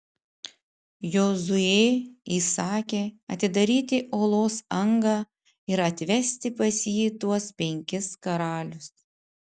jozuė įsakė atidaryti olos angą ir atvesti pas jį tuos penkis karalius